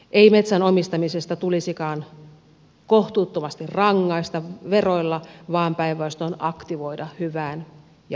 ei metsän omistamisesta tulisikaan kohtuuttomasti rangaista veroilla vaan päinvastoin aktivoida hyvään ja hallittuun metsänhoitoon